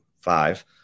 five